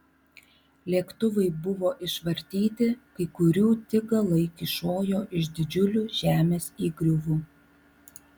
lėktuvai buvo išvartyti kai kurių tik galai kyšojo iš didžiulių žemės įgriuvų